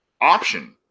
option